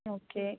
okay